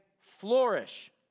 flourish